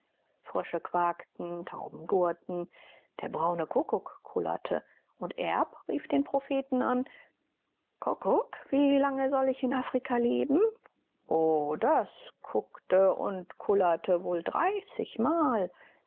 frösche quakten tauben gurrten der braune kuckuck kullerte und erb rief den propheten an kuckuck wie lange soll ich in afrika leben o das kuckte und kullerte wohl dreißigmal